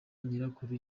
nyirakuru